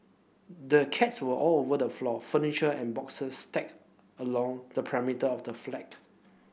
the cats were all over the floor furniture and boxes stacked along the perimeter of the flat